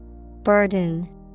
Burden